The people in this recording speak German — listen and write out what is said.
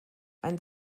ein